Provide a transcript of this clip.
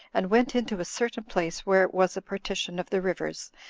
and went into a certain place where was a partition of the rivers,